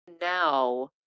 Now